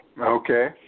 Okay